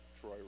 Troy